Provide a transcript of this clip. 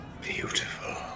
beautiful